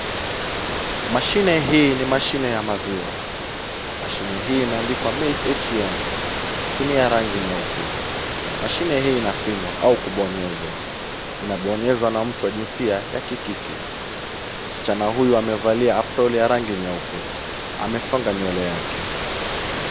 Mashine hii ni mashine ya maziwa. Mashine hii imeandikwa Milk ATM kutumia rangi nyeupe. Mashine hii inafinywa au kubonyezwa. Inabonyezwa na mtu wa jinsia ya kike. Msichana huyu amevalia aproni ya rangi nyeupe. Amesonga nywele yake.